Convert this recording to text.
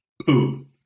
Poop